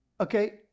Okay